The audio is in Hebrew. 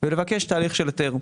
ולבקש תהליך של היתר.